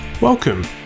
Welcome